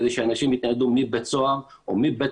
כדי שאנשים יתניידו מבית סוהר או מבית